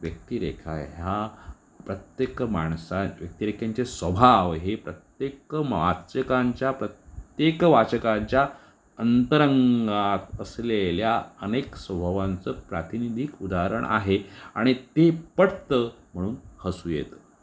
व्यक्तिरेखा ह्या प्रत्येक माणसां व्यक्तिरेखेंचे स्वभाव हे प्रत्येक वाचकांच्या प्रत्येक वाचकांच्या अंतरंगात असलेल्या अनेक स्वभावांचं प्रातिनिधिक उदाहरण आहे आणि ते पटतं म्हणून हसू येतं